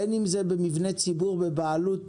בין אם זה במבני ציבור בבעלות